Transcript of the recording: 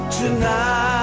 tonight